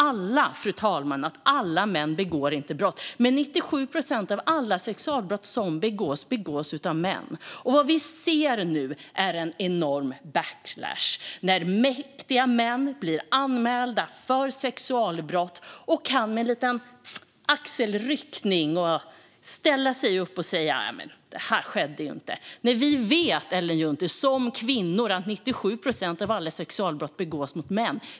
Alla förstår att alla män inte begår brott. Men av alla sexualbrott som begås är det 97 procent som begås av män. Vad vi nu ser är en enorm backlash. Mäktiga män blir anmälda för sexualbrott och kan med en liten axelryckning ställa sig upp och säga: Det här skedde ju inte. Vi vet som kvinnor, Ellen Juntti, att 97 procent av alla sexualbrott begås av män.